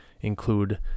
include